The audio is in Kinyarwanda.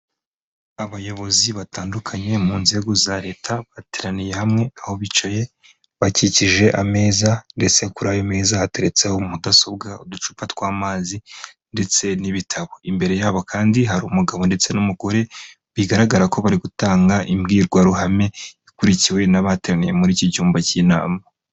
Abayobozi batandukanye mu nzego za leta, bateraniye hamwe, aho bicaye bakikije ameza ndetse kuri ayo meza hateretseho mudasobwa, uducupa tw'amazi ndetse n'ibitabo, imbere yabo kandi hari umugabo ndetse n'umugore, bigaragara ko bari gutanga imbwirwaruhame, ikurikiwe n'abahateraniye muri iki cyumba cy'inama.